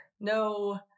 No